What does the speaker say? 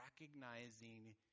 recognizing